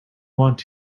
want